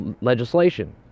legislation